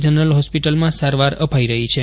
general હોસ્પિટલમાં સારવાર અપાઇ રહી છે